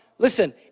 Listen